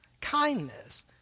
kindness